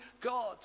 god